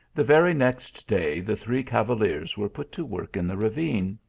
the very next day the three cavaliers were put to work in the ra vine.